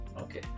okay